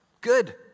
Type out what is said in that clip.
good